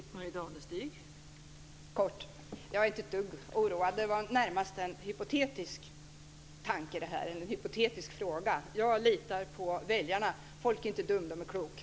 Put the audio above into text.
Fru talman! Jag ska fatta mig kort. Jag är inte ett dugg oroad. Det var närmast en hypotetisk tanke, en hypotetisk fråga. Jag litar på väljarna. Folk är inte dumma; de är kloka.